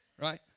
Right